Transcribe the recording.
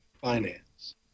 finance